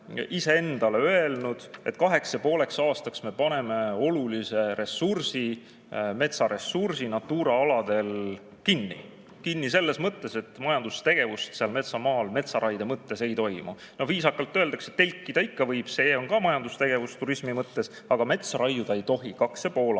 iseendale öelnud, et kaheks ja pooleks aastaks me paneme olulise ressursi, metsaressursi Natura aladel kinni. Kinni selles mõttes, et majandustegevust nendel metsamaadel metsaraie mõttes ei toimu. Viisakalt öeldakse, et telkida ikka võib, see on ka majandustegevus turismi mõttes, aga metsa raiuda ei tohi kaks ja pool